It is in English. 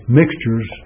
mixtures